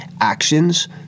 actions